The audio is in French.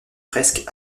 presque